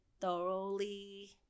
thoroughly